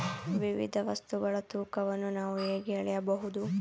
ವಿವಿಧ ವಸ್ತುಗಳ ತೂಕವನ್ನು ನಾವು ಹೇಗೆ ಅಳೆಯಬಹುದು?